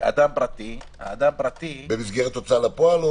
לאדם פרטי --- במסגרת הוצאה לפועל?